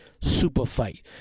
superfight